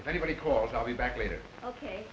if anybody calls i'll be back later ok